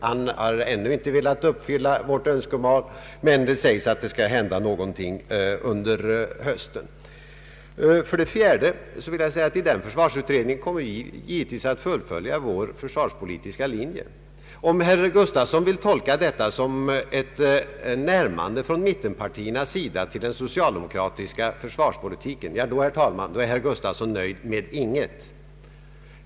Han har ännu inte velat uppfylla vårt önskemål, men det sägs att det skall hända något under hösten. För det fjärde vill jag säga att vi i den försvarsutredningen givetvis kommer att fullfölja vår försvarspolitiska linje. Om herr Gustavsson vill tolka detta som ett närmande från mittenpartiernas sida till den socialdemokratiska försvarspolitiken, ja då, herr talman, är herr Gustavsson nöjd med inget.